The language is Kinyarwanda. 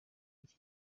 iki